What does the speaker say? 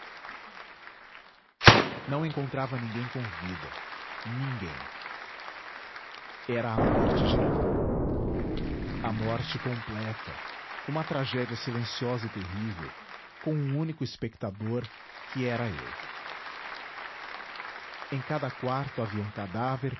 não encontrava ninguém com vida ninguém era a morte geral a morte completa uma tragédia silenciosa e terrível com um único espectador que era eu em cada quarto havia um cadáver